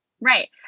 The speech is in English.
Right